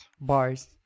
bars